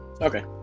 Okay